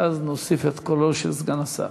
ואז נוסיף את קולו של סגן השר.